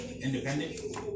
independent